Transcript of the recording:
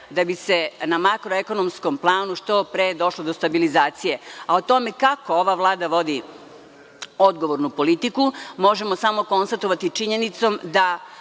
da bi se na makroekonomskom planu što pre došlo do stabilizacije, a o tome kako ova Vlada vodi odgovornu politiku, možemo samo konstatovati činjenicom da